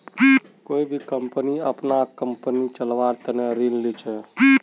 कोई भी कम्पनी अपनार कम्पनी चलव्वार तने ऋण ली छेक